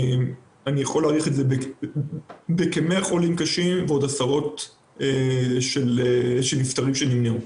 אני יכול להעריך את זה בכ-100 חולים קשים ועוד עשרות נפטרים שנמנעו.